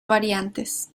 variantes